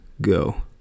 go